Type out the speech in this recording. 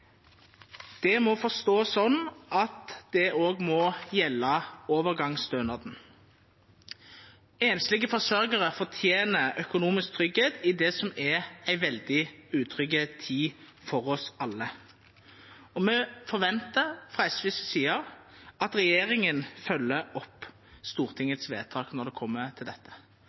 Det må forstås sånn at det også må gjelde overgangsstønaden. Enslige forsørgere fortjener økonomisk trygghet i det som er en veldig utrygg tid for oss alle. Og vi fra SVs side forventer at regjeringen følger opp Stortingets vedtak når det gjelder dette.